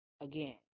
again